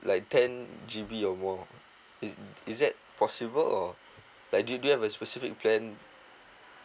like ten G_B or more is is that possible or like do do you have a specific plan